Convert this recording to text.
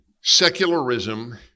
Secularism